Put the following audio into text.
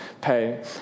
pay